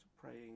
praying